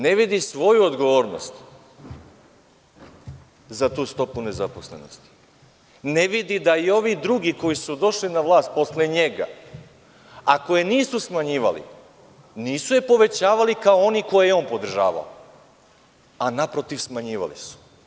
Ne vidi svoju odgovornost za tu stopu nezaposlenosti, ne vidi da i ovi drugi koji su došli na vlast posle njega, ako je nisu smanjivali, nisu je povećavali kao oni koje je on podržavao, a naprotiv, smanjivali su.